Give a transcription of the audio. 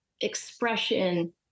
expression